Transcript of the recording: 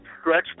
stretch